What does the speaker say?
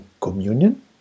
communion